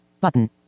Button